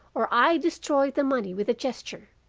or i destroy the money with a gesture